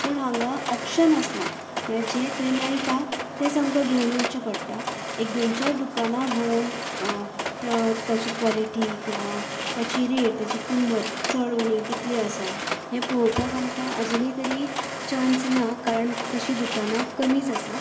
पूण हांगा ऑप्शन आसना म्हळ्या जे थंय मेळटा तेच आमकां घेवन येवचे पडटा एक दोन चार दुकानां भोवून ताची क्वॉलिटी किंवां ताची रेट ताची किंमत चड उणी कितली आसा हे पळोवपाक आमकां आजूनी तरी चान्स ना कारण तशी दुकानां कमीच आसा